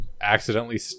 accidentally